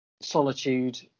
solitude